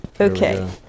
Okay